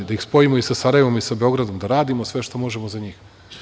Da ih spojimo i sa Sarajevom i sa Beogradom, da radimo sve što možemo za njih.